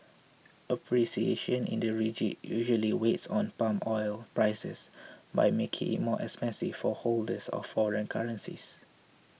appreciation in the ringgit usually weights on palm oil prices by making it more expensive for holders of foreign currencies